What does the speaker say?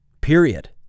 Period